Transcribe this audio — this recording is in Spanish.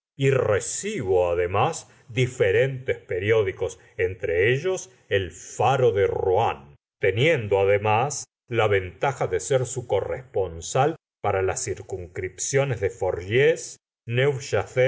y recibo además diferentes periódicos entre ellos el faro de rouen teniendo además la ventaja de ser su corresponsal para las circunscripciones de forges